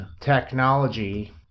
technology